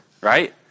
right